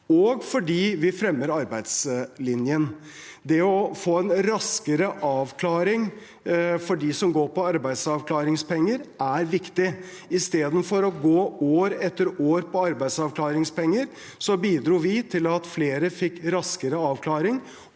og fordi vi fremmer arbeidslinjen. Det å få en raskere avklaring for dem som går på arbeidsavklaringspenger, er viktig. Istedenfor å gå år etter år på arbeidsavklaringspenger bidro vi til at flere fikk raskere avklaring,